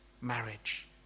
marriage